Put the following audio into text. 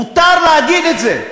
מותר להגיד את זה.